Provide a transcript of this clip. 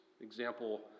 Example